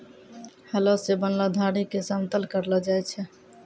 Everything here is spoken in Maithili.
हलो सें बनलो धारी क समतल करलो जाय छै?